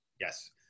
Yes